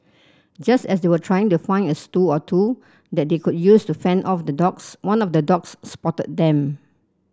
just as they were trying to find a or two that they could use to fend off the dogs one of the dogs spotted them